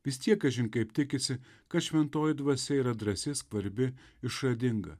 vis tiek kažin kaip tikisi kad šventoji dvasia yra drąsi skvarbi išradinga